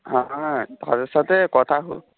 হ্যাঁ তাদের সাথে কথা